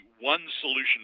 one-solution